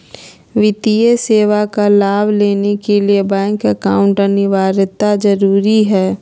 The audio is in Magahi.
वित्तीय सेवा का लाभ लेने के लिए बैंक अकाउंट अनिवार्यता जरूरी है?